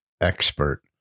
expert